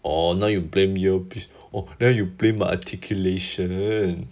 orh now you blame earpiece then you blame my articulation